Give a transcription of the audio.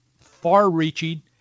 far-reaching